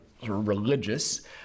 religious